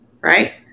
right